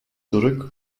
zurück